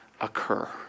occur